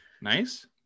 nice